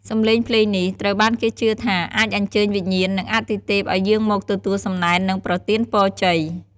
សំឡេងភ្លេងនេះត្រូវបានគេជឿថាអាចអញ្ជើញវិញ្ញាណ និងអាទិទេពឲ្យយាងមកទទួលសំណែន និងប្រទានពរជ័យ។